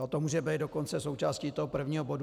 To může být dokonce součástí toho prvního bodu.